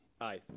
Aye